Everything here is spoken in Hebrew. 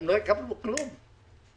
הם לא יקבלו דבר.